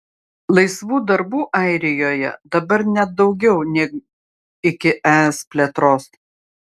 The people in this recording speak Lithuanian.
laisvų darbų airijoje dabar net daugiau nei iki es plėtros